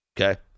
Okay